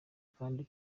kandi